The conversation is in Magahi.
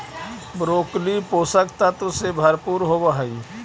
ब्रोकली पोषक तत्व से भरपूर होवऽ हइ